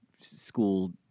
school